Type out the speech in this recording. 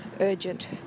urgent